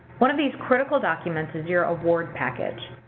one of these critical documents is your award package.